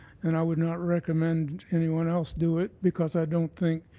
and i would not recommend anyone else do it because i don't think